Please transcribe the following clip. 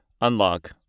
unlock